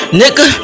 nigga